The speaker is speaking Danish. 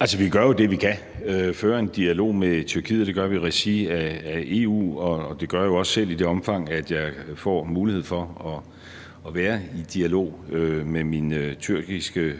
Altså, vi gør jo det, vi kan – vi fører en dialog med Tyrkiet, og det gør vi i regi af EU, og det gør jeg jo også selv i det omfang, jeg får mulighed for at være i dialog med min tyrkiske